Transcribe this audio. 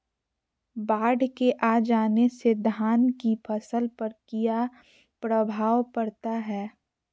बाढ़ के आ जाने से धान की फसल पर किया प्रभाव पड़ता है?